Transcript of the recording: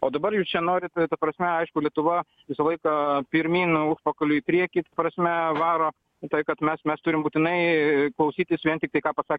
o dabar jūs čia norit ta prasme aišku lietuva visą laiką pirmyn užpakaliu į priekį ta prasme varo į tai kad mes mes turim būtinai klausytis vien tiktai ką pasa